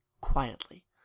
quietly